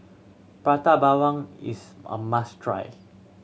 Prata Bawang is a must try